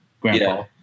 Grandpa